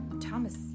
Thomas